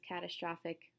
catastrophic